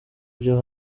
byo